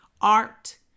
art